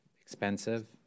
expensive